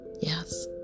yes